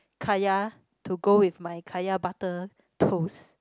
kaya to go with my kaya butter toast